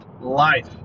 Life